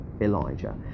elijah